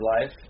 life